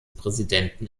präsidenten